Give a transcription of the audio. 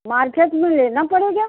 market में लेना पड़ेगा